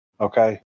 Okay